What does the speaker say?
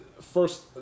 First